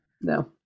no